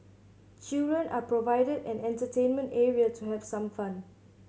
children are provided an entertainment area to have some fun